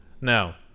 Now